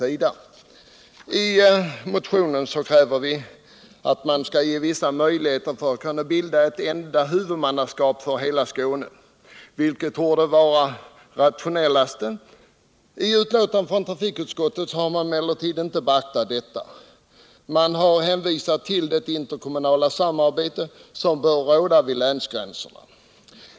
I motionen kräver vi vissa möjligheter att bilda ett enda huvudmannaskap för hela landskapet, vilket torde vara det mest rationella. I trafikutskottets betänkande har detta förslag emellertid inte beaktats, utan man har hänvisat till det interkommunala samarbete som bör råda vid länsgränserna.